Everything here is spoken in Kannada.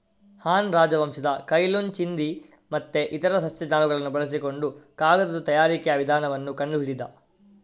ಹಾನ್ ರಾಜವಂಶದ ಕೈ ಲುನ್ ಚಿಂದಿ ಮತ್ತೆ ಇತರ ಸಸ್ಯ ನಾರುಗಳನ್ನ ಬಳಸಿಕೊಂಡು ಕಾಗದದ ತಯಾರಿಕೆಯ ವಿಧಾನವನ್ನ ಕಂಡು ಹಿಡಿದ